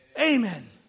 Amen